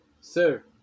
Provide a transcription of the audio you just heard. Sir